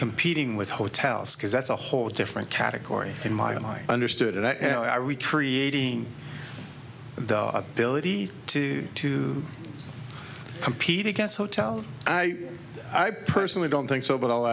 competing with hotels because that's a whole different category than my own i understood it and i recreating the ability to to compete against hotel i i personally don't think so but i'll